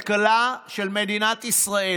אם לא היינו מחזיקים את הכלכלה של מדינת ישראל